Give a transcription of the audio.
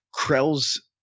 Krell's